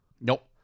Nope